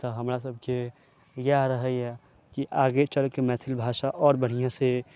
तऽ हमरा सबके इएह रहैया कि आगे चल के मैथिल भाषा आओर बढ़िऑं से